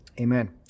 amen